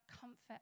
comfort